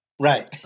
Right